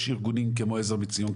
יש ארגונים כמו עזר מציון,